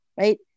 right